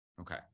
okay